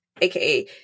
aka